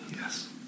Yes